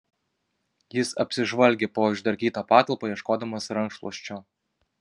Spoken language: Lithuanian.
jis apsižvalgė po išdarkytą patalpą ieškodamas rankšluosčio